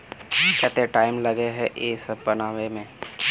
केते टाइम लगे है ये सब बनावे में?